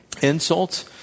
Insults